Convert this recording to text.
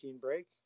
break